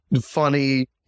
funny